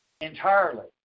entirely